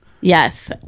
Yes